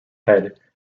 head